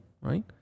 right